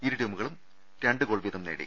ഇരുടീമുകളും രണ്ട് ഗോൾ വീതം നേടി